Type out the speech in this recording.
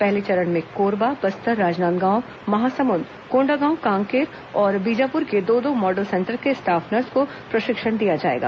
पहले चरण में कोरबा बस्तर राजनांदगांव महासमुंद कोण्डागांव कांकेर और बीजापुर के दो दो मॉडल सेंटर के स्टॉफ नर्स को प्रशिक्षण दिया जाएगा